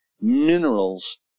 minerals